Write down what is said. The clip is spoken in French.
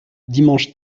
dimanche